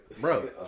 Bro